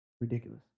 Ridiculous